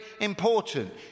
important